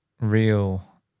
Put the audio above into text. real